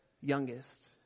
youngest